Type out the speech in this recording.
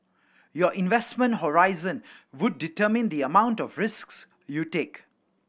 your investment horizon would determine the amount of risks you take